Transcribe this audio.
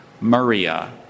Maria